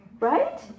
Right